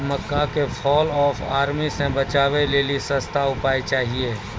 मक्का के fall of army से बचाबै लेली सस्ता उपाय चाहिए?